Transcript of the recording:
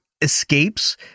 escapes